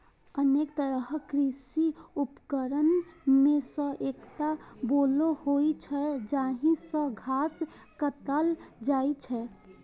अनेक तरहक कृषि उपकरण मे सं एकटा बोलो होइ छै, जाहि सं घास काटल जाइ छै